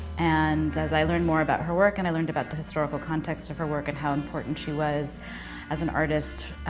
and as i learn more about her work and i learned about the historical context of her work and how important she was as an artist,